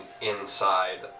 inside